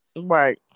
Right